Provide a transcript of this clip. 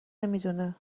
نمیدونه